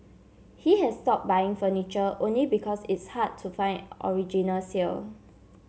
he has stopped buying furniture only because it's hard to find originals here